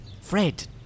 Fred